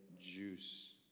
juice